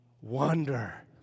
wonder